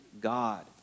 God